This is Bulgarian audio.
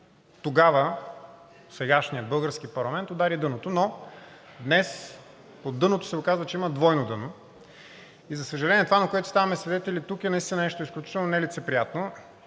тогава сегашният български парламент удари дъното, но днес под дъното се оказа, че има двойно дъно. За съжаление, това, на което ставаме свидетели тук, е наистина нещо изключително нелицеприятно